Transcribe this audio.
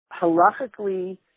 halachically